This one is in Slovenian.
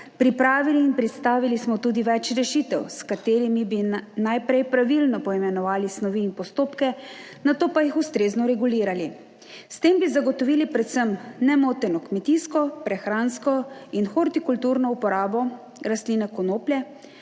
Pripravili in predstavili smo tudi več rešitev, s katerimi bi najprej pravilno poimenovali snovi in postopke, nato pa jih ustrezno regulirali. S tem bi zagotovili predvsem nemoteno kmetijsko, prehransko in hortikulturno uporabo rastline konoplje,